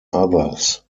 others